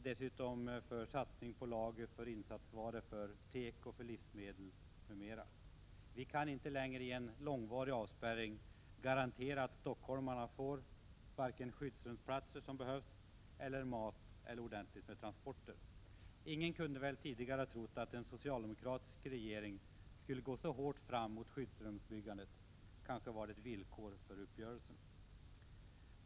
Dessutom fanns ett ointresse att satsa på lager för insatsvaror, tekoprodukter, livsmedel, m.m. Vi kan inte längre garantera att stockholmarna under en lågvarig avspärrning får vare sig de skyddsrumsplatser som behövs eller mat eller ordentligt med transporter. Ingen skulle väl tidigare ha trott att en socialdemokratisk regering skulle gå så hårt fram mot skyddsrumsbyggandet. Kanske var det ett villkor för uppgörelsen.